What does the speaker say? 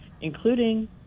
including